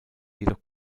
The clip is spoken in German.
jedoch